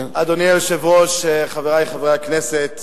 אדוני היושב-ראש, חברי חברי הכנסת,